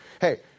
Hey